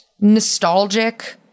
nostalgic